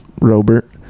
robert